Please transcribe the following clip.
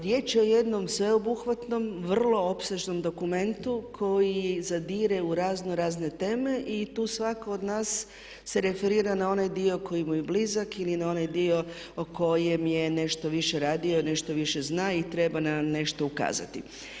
Riječ je o jednom sveobuhvatnom, vrlo opsežnom dokumentu koji zadire u razno razne teme i tu svako od nas se referira na onaj dio koji mu je blizak ili na onaj dio o kojem je nešto više radio, nešto više zna i treba na nešto ukazati.